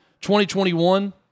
2021